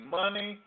money